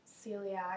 celiac